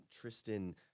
tristan